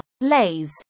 lays